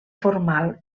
formal